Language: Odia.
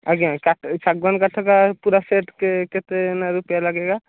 ଆଜ୍ଞା କାଠ ଶାଗୁଆନ କାଠଟା ପୁରା ସେଟ୍ କେତେ ରୁପେୟା ଲାଗେଗା